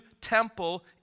temple